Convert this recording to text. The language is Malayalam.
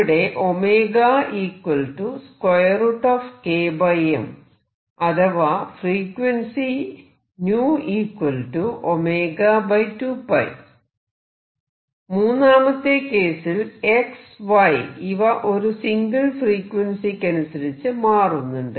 ഇവിടെ അഥവാ ഫ്രീക്വൻസി ν2π മൂന്നാമത്തെ കേസിൽ x y ഇവ ഒരു സിംഗിൾ ഫ്രീക്വൻസിയ്ക്കനുസരിച്ച് മാറുന്നുണ്ട്